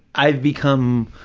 i've become